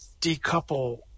decouple